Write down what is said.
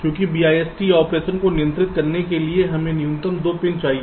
इसलिए BIST operation को नियंत्रित करने के लिए हमें न्यूनतम 2 पिन चाहिए